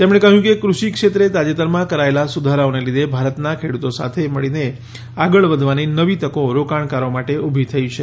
તેમણે કહ્યું કે કૃષિક્ષેત્રે તાજેતરમાં કરાયેલા સુધારાઓના લીધે ભારતના ખેડૂતો સાથે મળીને આગળ વધવાની નવી તકો રોકાણકારો માટે ઉભી થઈ છે